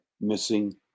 missing